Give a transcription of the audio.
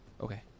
okay